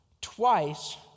twice